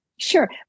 Sure